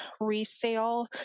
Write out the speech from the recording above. resale